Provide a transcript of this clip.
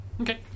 Okay